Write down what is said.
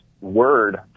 word